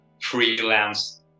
freelance